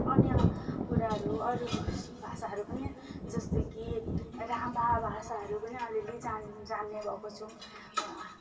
अन्य कुराहरू अरू भाषाहरू पनि जस्तै कि राभा भाषाहरू पनि अलिअलि जानिन जान्ने भएको छौँ